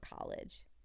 college